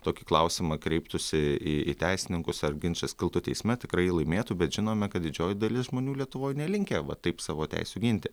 tokį klausimą kreiptųsi į į teisininkus ar ginčas kiltų teisme tikrai laimėtų bet žinome kad didžioji dalis žmonių lietuvoj nelinkę va taip savo teisių ginti